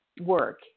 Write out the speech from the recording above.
work